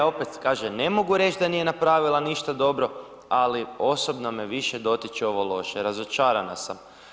E opet, kaže, ne mogu reći da nije napravila ništa dobro, ali osobno me više dotiče ovo loše, razočarana sam.